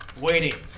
waiting